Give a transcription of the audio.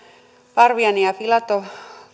parviainen ja filatov